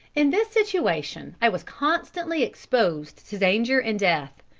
in this situation i was constantly exposed to danger and death.